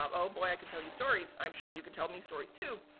um oh boy i could tell you stories. i'm sure you could tell me stories too.